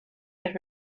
had